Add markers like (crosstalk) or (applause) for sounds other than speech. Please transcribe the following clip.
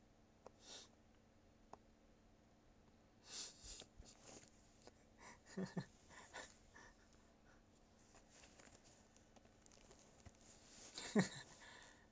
(noise) (laughs)